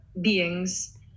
beings